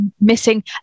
missing